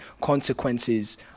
consequences